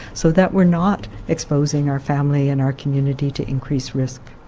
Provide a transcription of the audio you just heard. so that we are not exposing our family and our community to increased risk.